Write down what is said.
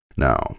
Now